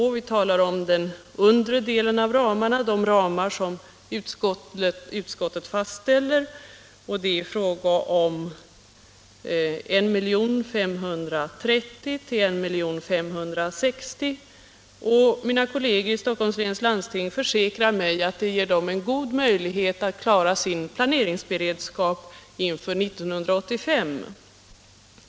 Vi har talat om den undre delen av de ramar som utskottet föreslår, dvs. 1 530 000-1 560 000, och mina kolleger i landstinget försäkrar mig att det här ger dem en god möjlighet att klara sin planeringsberedskap inför 1985.